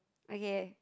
okay